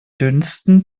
dünsten